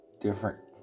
different